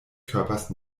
körpers